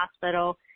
hospital